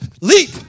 leap